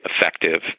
effective